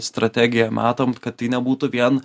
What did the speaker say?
strategiją metam kad tai nebūtų vien